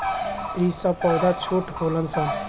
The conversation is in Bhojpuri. ई सब पौधा छोट होलन सन